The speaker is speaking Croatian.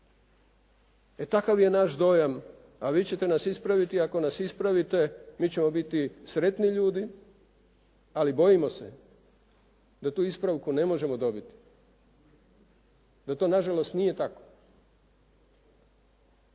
E takav je naš dojam, a vi ćete nas ispraviti, ako nas ispravite mi ćemo biti sretni ljudi, ali bojimo se da tu ispravku ne možemo dobiti, da to na žalost nije tako.